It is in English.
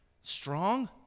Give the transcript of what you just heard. strong